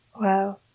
Wow